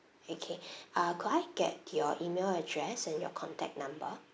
okay uh could I get your email address and your contact number